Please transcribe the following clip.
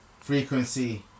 frequency